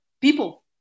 people